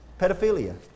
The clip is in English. Pedophilia